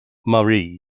marie